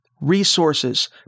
resources